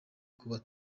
kuba